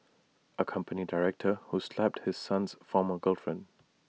A company director who slapped his son's former girlfriend